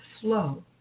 flow